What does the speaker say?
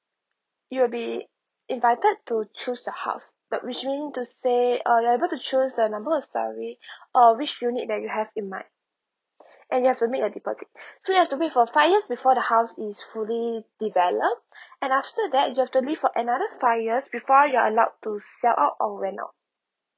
it will be invited to choose the house but which meaning to say uh you're able to choose the number of storey or which unit that you have in mind and you have to make a deposit so you have to wait for five years before the house is fully developed and after that you just have to live for another five years before you're allowed to sell out or rent out